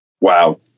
Wow